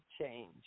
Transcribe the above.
change